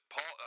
Paul